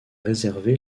réservé